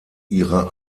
ihre